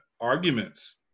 arguments